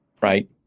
right